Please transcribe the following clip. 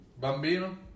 bambino